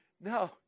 No